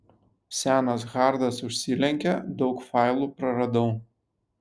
senas hardas užsilenkė daug failų praradau